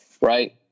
right